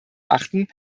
achten